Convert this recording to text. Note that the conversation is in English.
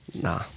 Nah